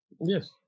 Yes